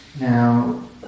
Now